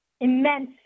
immense